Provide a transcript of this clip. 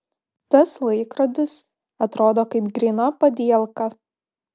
tas laikrodis atrodo kaip gryna padielka